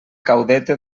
caudete